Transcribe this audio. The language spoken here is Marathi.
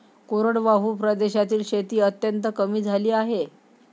कोरडवाहू प्रदेशातील शेती अत्यंत कमी झाली आहे